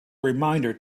reminder